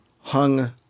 hung